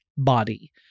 body